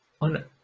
On